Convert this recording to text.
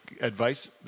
advice